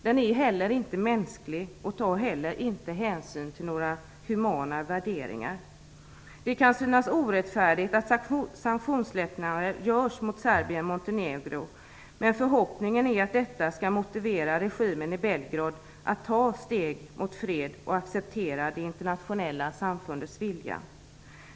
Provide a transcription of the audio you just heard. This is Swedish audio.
Den är inte heller mänsklig och tar inte hänsyn till några humana värderingar. Det kan kännas orättfärdigt att sanktionslättnader görs mot Serbien Montenegro. Förhoppningen är att detta skall motivera regimen i Belgrad att ta steg mot fred och acceptera det internationella samfundets vilja.